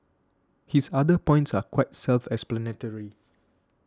his other points are quite self explanatory